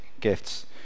gifts